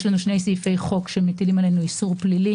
יש שני סעיפי חוק שמטילים עלינו איסור פלילי